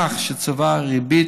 כך שצבר ריבית,